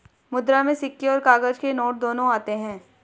मुद्रा में सिक्के और काग़ज़ के नोट दोनों आते हैं